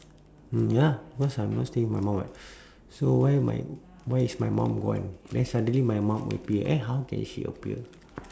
uh ya cause I'm not staying with my mom [what] so why my why is my mom gone then suddenly my mum with me eh how can she appear